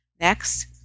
Next